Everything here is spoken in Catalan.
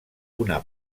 una